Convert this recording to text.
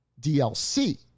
DLC